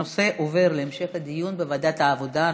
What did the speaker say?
הנושא עובר להמשך דיון בוועדת העבודה,